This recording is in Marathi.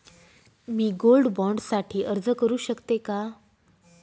मी गोल्ड बॉण्ड साठी अर्ज करु शकते का?